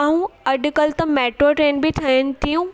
ऐं अॼुकल्ह त मेट्रो ट्रेन बि ठहनि थियूं